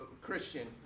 Christian